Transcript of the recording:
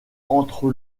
entre